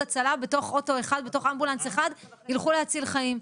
הצלה בתוך אמבולנס אחד וילכו להציל חיים.